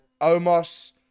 Omos